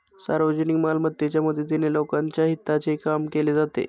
सार्वजनिक मालमत्तेच्या मदतीने लोकांच्या हिताचे काम केले जाते